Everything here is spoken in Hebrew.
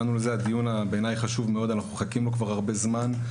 לדיון החשוב מאוד שאנחנו מחכים לו כבר הרבה זמן.